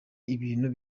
ibintu